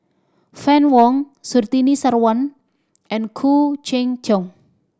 Fann Wong Surtini Sarwan and Khoo Cheng Tiong